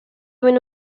venne